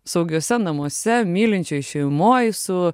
saugiuose namuose mylinčioj šeimoj su